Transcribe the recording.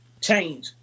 change